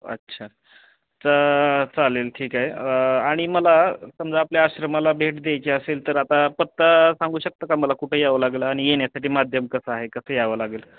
अच्छा तर चालेल ठीक आहे आणि मला समजा आपल्या आश्रमाला भेट द्यायची असेल तर आता पत्ता सांगू शकता का मला कुठे यावं लागेल आणि येण्यासाठी माध्यम कसं आहे कसं यावं लागेल